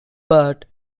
but